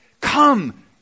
Come